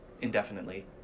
indefinitely